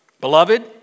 Beloved